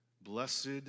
Blessed